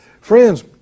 Friends